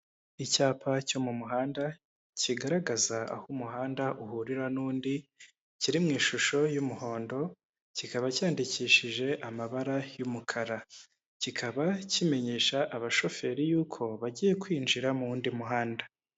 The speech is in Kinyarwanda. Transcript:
Icyapa cyo mu muhanda kigaragaza aho umuhanda uhurira n'undi, kiri mu ishusho y'umuhondo, kikaba cyandikishije amabara y'umukara, kikaba kimenyesha abashoferi yuko bagiye kwinjira mu wundi muhanda.